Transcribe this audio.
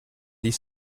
dix